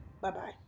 Bye-bye